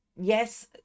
yes